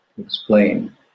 explain